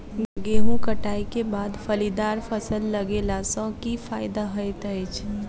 गेंहूँ कटाई केँ बाद फलीदार फसल लगेला सँ की फायदा हएत अछि?